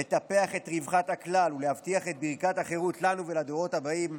לטפח רווחת הכלל ולהבטיח את ברכת החירות עבורנו לנו ועבור צאצאינו,